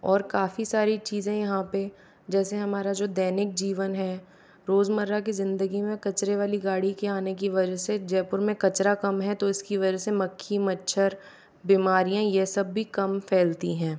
और काफ़ी सारी चीज़ें यहाँ पे जैसे हमारा जो दैनिक जीवन है रोज़मर्रा की ज़िन्दगी में कचरे वाली गाड़ी के आने की वजह से जयपुर में कचरा कम है तो इसकी वजह से मक्खी मच्छर बीमारियाँ ये सब भी कम फैलती हैं